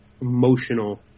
emotional